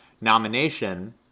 nomination